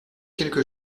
quelque